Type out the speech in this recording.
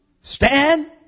Stand